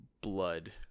blood